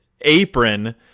apron